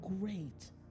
great